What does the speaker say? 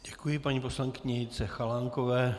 Děkuji paní poslankyni Jitce Chalánkové.